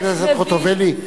חברת הכנסת חוטובלי,